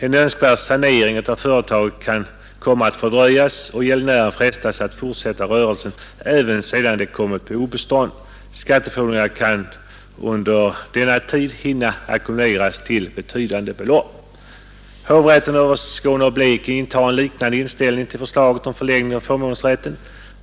En önskvärd sanering av företaget kan komma att fördröjas och gäldenären frestas att fortsätta rörelsen även sedan det kommit på obestånd. Skattefordringar kan under tiden hinna ackumuleras till betydande belopp. Hovrätten över Skåne och Blekinge intar en liknande inställning till förslaget om förlängning av förmånsrättstiden.